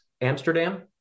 Amsterdam